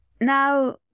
Now